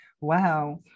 Wow